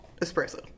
espresso